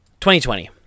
2020